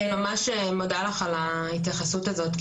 אני ממש מודה לך על ההתייחסות הזאת,